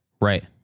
right